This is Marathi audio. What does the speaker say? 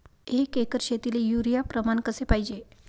एक एकर शेतीले युरिया प्रमान कसे पाहिजे?